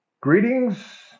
Greetings